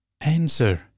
Answer